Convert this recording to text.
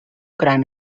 gran